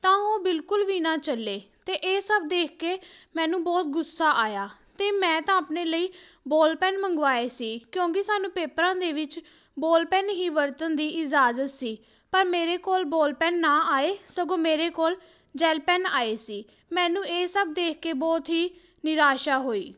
ਤਾਂ ਉਹ ਬਿਲਕੁਲ ਵੀ ਨਾ ਚੱਲੇ ਅਤੇ ਇਹ ਸਭ ਦੇਖ ਕੇ ਮੈਨੂੰ ਬਹੁਤ ਗੁੱਸਾ ਆਇਆ ਅਤੇ ਮੈਂ ਤਾਂ ਆਪਣੇ ਲਈ ਬੋਲ ਪੈੱਨ ਮੰਗਵਾਏ ਸੀ ਕਿਉਂਕਿ ਸਾਨੂੰ ਪੇਪਰਾਂ ਦੇ ਵਿੱਚ ਬੋਲ ਪੈੱਨ ਹੀ ਵਰਤਣ ਦੀ ਇਜ਼ਾਜ਼ਤ ਸੀ ਪਰ ਮੇਰੇ ਕੋਲ ਬੋਲ ਪੈੱਨ ਨਾ ਆਏ ਸਗੋਂ ਮੇਰੇ ਕੋਲ ਜੈਲ ਪੈੱਨ ਆਏ ਸੀ ਮੈਨੂੰ ਇਹ ਸਭ ਦੇਖ ਕੇ ਬਹੁਤ ਹੀ ਨਿਰਾਸ਼ਾ ਹੋਈ